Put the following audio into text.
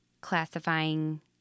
classifying